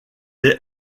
est